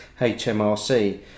HMRC